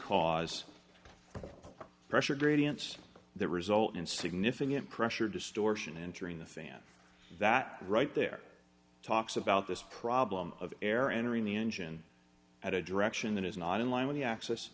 cause pressure gradients that result in significant pressure distortion entering the fan that right there talks about this problem of air entering the engine at a direction that is not in line with the access